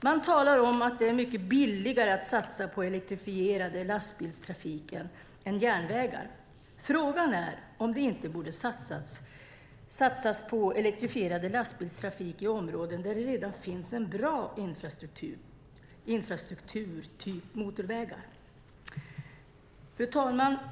Man talar om att det är mycket billigare att satsa på elektrifierad lastbilstrafik än på järnvägar. Frågan är om det inte borde satsas på elektrifierad lastbilstrafik i områden där det redan finns en bra infrastruktur, typ motorvägar. Fru talman!